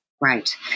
Right